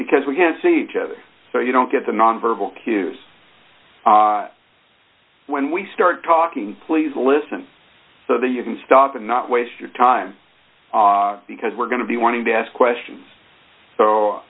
because we have seen each other so you don't get the nonverbal cues when we start talking please listen so then you can stop and not waste your time because we're going to be wanting to ask questions so